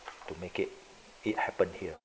to make it it happen here